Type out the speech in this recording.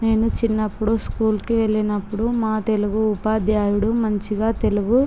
నేను చిన్నప్పుడు స్కూల్ కి వెళ్ళినప్పుడు మా తెలుగు ఉపాధ్యాయుడు మంచిగా తెలుగు